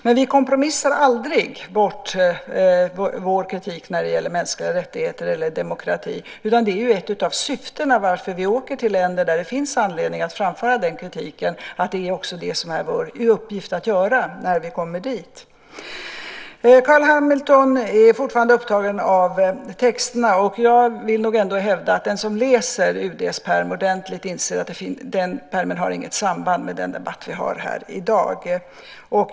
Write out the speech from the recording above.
Men vi kompromissar aldrig bort vår kritik när det gäller mänskliga rättigheter eller demokrati. Ett av syftena med att vi åker till länder där det finns anledning att framföra den kritiken är ju att det är vår uppgift att göra detta när vi kommer dit. Carl Hamilton är fortfarande upptagen av texterna. Jag vill nog ändå hävda att den som läser UD:s pärm ordentligt inser att den pärmen inte har något samband med den debatt vi har här i dag.